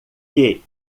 que